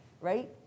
right